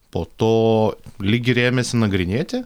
po to lyg ir ėmėsi nagrinėti